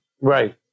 Right